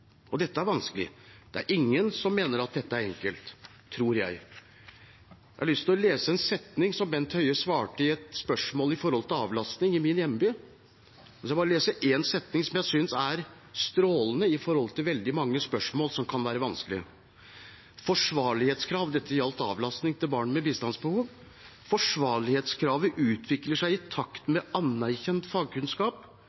Dette er vanskelig. Det er ingen som mener at dette er enkelt, tror jeg. Jeg har lyst å lese en setning som Bent Høie kom med i forbindelse med et skriftlig spørsmål om avlastning for barn med bistandsbehov i min hjemby. Jeg skal bare lese én setning, som jeg synes er strålende med tanke på veldig mange spørsmål som kan være vanskelige. «Forsvarlighetskravet utvikler seg i takt med anerkjent fagkunnskap, faglige retningslinjer og allmenngyldige samfunnsetiske normer og endringer i